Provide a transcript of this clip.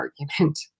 argument